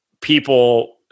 people